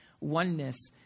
oneness